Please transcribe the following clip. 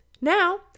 Now